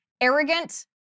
arrogant